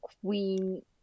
queen